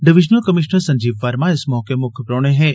divisional commissioner Sanjeev Verma इस मौके मुक्ख परौह्ने हे